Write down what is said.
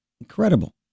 Incredible